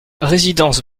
résidence